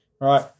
right